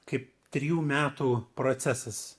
kaip trijų metų procesas